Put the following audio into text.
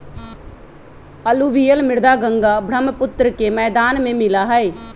alluvial मृदा गंगा बर्ह्म्पुत्र के मैदान में मिला हई